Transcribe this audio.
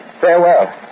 Farewell